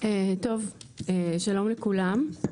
שלום לכולם.